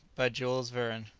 by jules verne.